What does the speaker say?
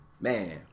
Man